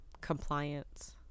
Compliance